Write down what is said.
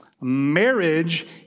Marriage